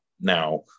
Now